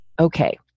Okay